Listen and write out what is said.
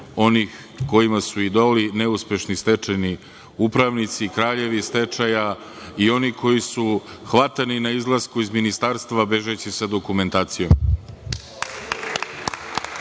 onih kojima su idoli neuspešni stečajni upravnici, kraljevi stečaji i oni koji su hvatani na izlasku iz ministarstva bežeći sa dokumentacijom.